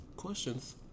questions